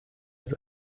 als